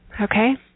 Okay